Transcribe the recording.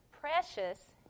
precious